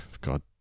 God